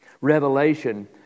Revelation